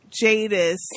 Jadis